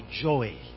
joy